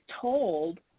told